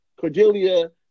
Cordelia